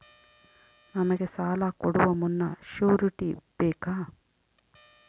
ನಮಗೆ ಸಾಲ ಕೊಡುವ ಮುನ್ನ ಶ್ಯೂರುಟಿ ಬೇಕಾ?